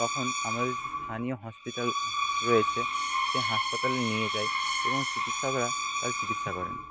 তখন আমাদের যে স্থানীয় হসপিটাল রয়েছে সেই হাসপাতালে নিয়ে যাই এবং চিকিৎসকরা তার চিকিৎসা করেন